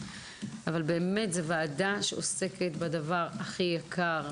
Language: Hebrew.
אבל באמת זאת ועדה שעוסקת בדבר הכי יקר,